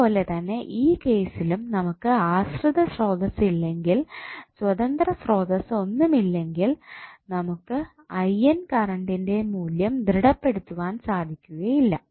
അതുപോലെതന്നെ ഈ കേസിലും നമുക്ക് ആശ്രിത ശ്രോതസ്സ് ഇല്ലെങ്കിൽ സ്വതന്ത്ര സ്രോതസ്സ് ഒന്നുമില്ലെങ്കിൽ നമുക്ക് കറണ്ടിൻറെ മൂല്യം ദൃഢപെടുത്തുവാൻ സാധിക്കുകയില്ല